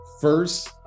first